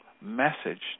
message